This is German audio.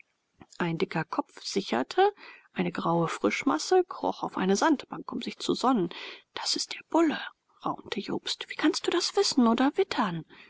ein dicker kopf sicherte eine graue frischmasse kroch auf eine sandbank um sich zu sonnen das ist der bulle raunte jobst wie kannst du das wissen oder wittern